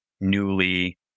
newly